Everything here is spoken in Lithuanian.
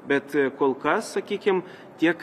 bet kol kas sakykim tiek